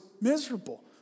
miserable